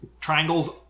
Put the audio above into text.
triangles